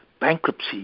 bankruptcy